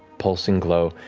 pulsing glow,